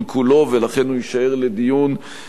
ולכן הוא יישאר לדיון בהמשך,